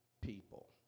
people